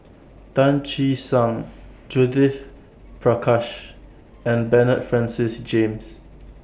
Tan Che Sang Judith Prakash and Bernard Francis James